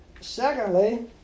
Secondly